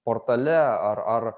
portale ar ar